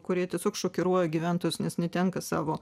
kurie tiesiog šokiruoja gyventojus nes netenka savo